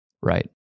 Right